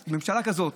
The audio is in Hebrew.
אז ממשלה כזאת,